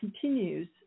continues